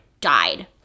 died